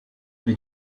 they